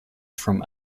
from